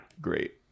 Great